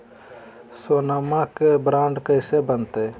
सोनमा के बॉन्ड कैसे बनते?